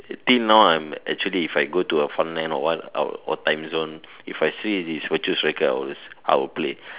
till now I'm actually if I go to a fun land or what I'll or timezone if I see this virtual cycle I'll always I'll play